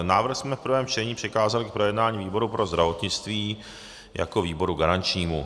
Návrh jsme v prvém čtení přikázali k projednání výboru pro zdravotnictví jako výboru garančnímu.